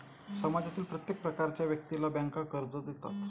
समाजातील प्रत्येक प्रकारच्या व्यक्तीला बँका कर्ज देतात